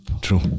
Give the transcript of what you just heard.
True